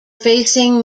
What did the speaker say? facing